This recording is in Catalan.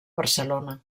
barcelona